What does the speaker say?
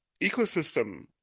ecosystem